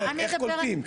איך קולטים ככה?